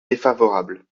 défavorable